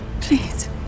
Please